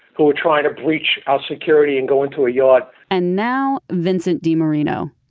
who were trying to breach our security and go into a yard and now, vincent demarino.